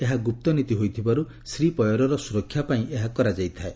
ଏହା ଗୁପ୍ତନୀତି ହୋଇଥିବାରୁ ଶ୍ରୀପୟରର ସୁରକ୍ଷା ପାଇଁ ଏହା କରାଯାଇଥାଏ